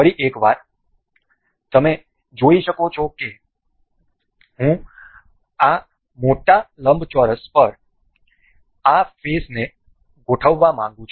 ફરી એકવાર તમે જોઈ શકો છો કે હું આ મોટા લંબચોરસ પર આ ફેસને ગોઠવવા માંગું છું